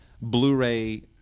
Blu-ray